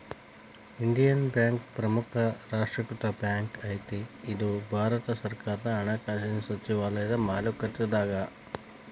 Indian bank ಪ್ರಮುಖ ರಾಷ್ಟ್ರೇಕೃತ bank ಐತಿ ಇದು ಭಾರತ ಸರ್ಕಾರದ ಹಣಕಾಸಿನ್ ಸಚಿವಾಲಯದ ಮಾಲೇಕತ್ವದಾಗದ